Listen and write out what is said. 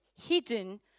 hidden